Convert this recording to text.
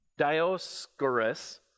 Dioscorus